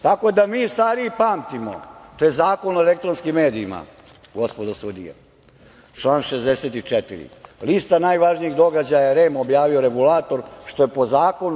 Tako da mi stariji pamtimo, to je Zakon o elektronskim medijima, gospodo sudije, član 64. lista najvažnijih događaja, REM objavio regulator, što je po zakonu.